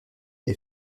est